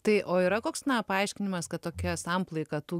tai o yra koks na paaiškinimas kad tokia samplaika tų